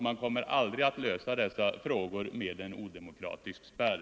Man kommer aldrig att lösa dessa problem med en odemokratisk spärr.